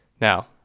Now